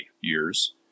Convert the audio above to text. years